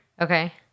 Okay